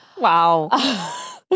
Wow